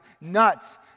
nuts